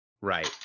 right